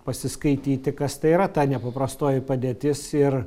pasiskaityti kas tai yra ta nepaprastoji padėtis ir